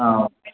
ആ ഓക്കെ